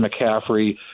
McCaffrey